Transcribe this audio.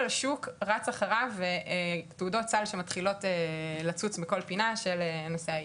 השוק רץ אחריו ותעודות סל שמתחילות לצוץ בכל פינה של נושא ה-ESG.